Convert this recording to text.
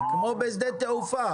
כמו בשדה תעופה